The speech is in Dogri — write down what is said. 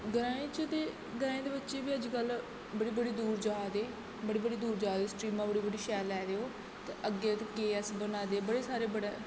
ग्राएं च ते ग्राएं दे बच्चे बी अज्ज कल बड़ी बड़ी दूर जा दे बड़ी बड़ी दूर जा दे स्टीमा बड़ी बड़ी शैल लै दे ओह् ते अग्गें के ए ऐस बना दे बड़े सारे बड़ा